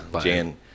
Jan